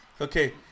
Okay